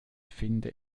finde